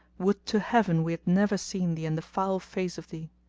would to heaven we had never seen thee and the foul face of thee!